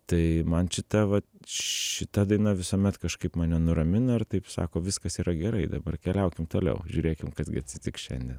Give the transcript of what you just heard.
tai man šita va šita daina visuomet kažkaip mane nuramina ir taip sako viskas yra gerai dabar keliaukim toliau žiūrėkim kas gi atsitiks šiandien